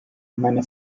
meine